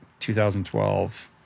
2012